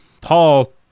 Paul